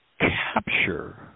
capture